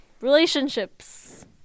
relationships